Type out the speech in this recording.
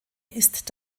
ist